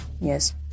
yes